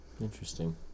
interesting